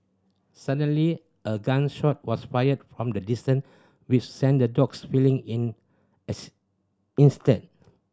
suddenly a gun shot was fired from the distance which sent the dogs fleeing in as instead